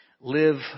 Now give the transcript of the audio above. live